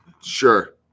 Sure